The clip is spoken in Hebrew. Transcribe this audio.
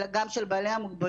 אלא גם של בעלי המוגבלויות,